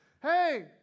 Hey